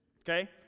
Okay